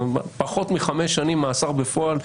פחות מ-5 שנים מאסר בפועל,